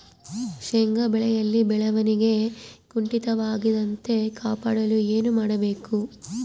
ಶೇಂಗಾ ಬೆಳೆಯಲ್ಲಿ ಬೆಳವಣಿಗೆ ಕುಂಠಿತವಾಗದಂತೆ ಕಾಪಾಡಲು ಏನು ಮಾಡಬೇಕು?